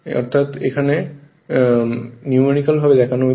অর্থাৎ এটি নিউমেরিকাল ভাবে দেখানো হয়েছে